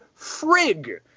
frig